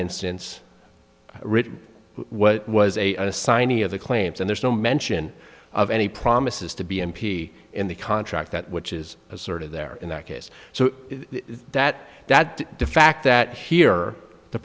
instance written what was a assignee of the claims and there's no mention of any promises to b m p in the contract that which is sort of there in that case so that that the fact that here the